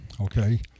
Okay